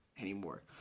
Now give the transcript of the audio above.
anymore